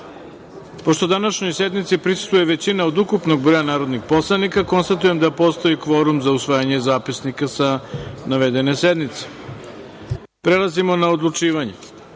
današnjoj sednici prisustvuje većina od ukupnog broja narodnih broja narodnih poslanika, konstatujem da postoji kvorum za usvajanje zapisnika sa navedene sednice. Prelazimo na odlučivanje. Stavljam